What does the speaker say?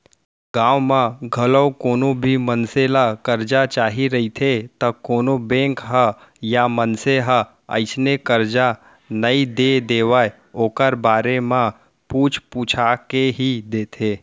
गाँव म घलौ कोनो भी मनसे ल करजा चाही रहिथे त कोनो बेंक ह या मनसे ह अइसने करजा नइ दे देवय ओखर बारे म पूछ पूछा के ही देथे